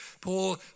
Paul